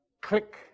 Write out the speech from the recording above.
click